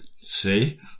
see